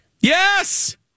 Yes